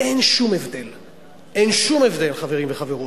אין שום הבדל, אין שום הבדל, חברים וחברות.